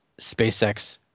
SpaceX